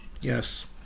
Yes